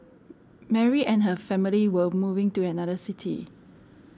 Mary and her family were moving to another city